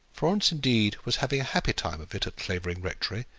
florence indeed was having a happy time of it at clavering rectory.